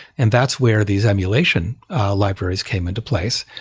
and that's where these emulation libraries came into place,